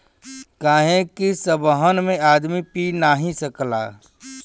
काहे कि सबहन में आदमी पी नाही सकला